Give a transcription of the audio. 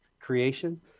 creation